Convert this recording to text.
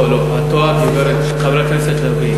ולא צריך, בכלל, לא לא, את טועה, חברת הכנסת לביא.